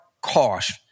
cost